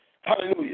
hallelujah